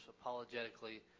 apologetically